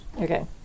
Okay